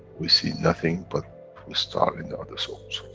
we see nothing but the star in the other souls.